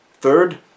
Third